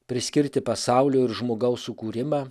priskirti pasaulio ir žmogaus sukūrimą